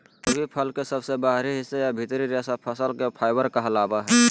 कोय भी फल के सबसे बाहरी हिस्सा या भीतरी रेशा फसल के फाइबर कहलावय हय